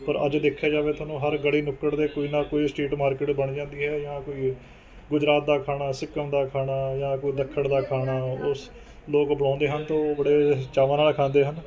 ਪਰ ਅੱਜ ਦੇਖਿਆ ਜਾਵੇ ਤੁਹਾਨੂੰ ਹਰ ਗਲੀ ਨੁਕੜ ਦੇ ਕੋਈ ਨਾ ਕੋਈ ਸਟੀਟ ਮਾਰਕੀਟ ਬਣ ਜਾਂਦੀ ਹੈ ਜਾਂ ਕੋਈ ਗੁਜਰਾਤ ਦਾ ਖਾਣਾ ਸਿੱਕਮ ਦਾ ਖਾਣਾ ਜਾਂ ਕੋਈ ਦੱਖਣ ਦਾ ਖਾਣਾ ਉਸ ਲੋਕ ਬੁਲਾਉਂਦੇ ਹਨ ਤਾਂ ਉਹ ਬੜੇ ਚਾਵਾਂ ਨਾਲ਼ ਖਾਂਦੇ ਹਨ